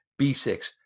B6